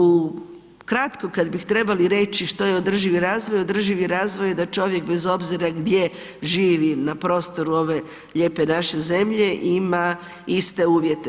Ukratko kad bi trebali reći što je održivi razvoj, održivi razvoj je da čovjek bez obzira gdje živi na prostoru ove lijepe naše zemlje, ima iste uvjete.